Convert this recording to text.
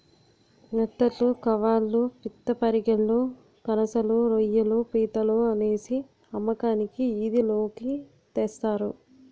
నెత్తళ్లు కవాళ్ళు పిత్తపరిగెలు కనసలు రోయ్యిలు పీతలు అనేసి అమ్మకానికి ఈది లోకి తెస్తారు